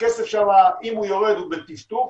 הכסף שם, אם יורד, בטפטוף.